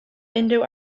unrhyw